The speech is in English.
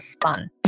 fun